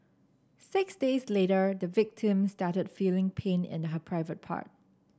six days later the victim started feeling pain in her private part